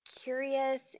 curious